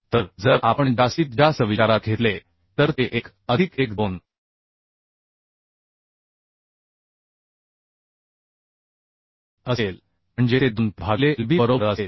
तर जर आपण जास्तीत जास्त विचारात घेतले तर ते 1 अधिक 1 2 असेल म्हणजे ते 2 पी भागिले Lb बरोबर असेल